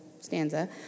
stanza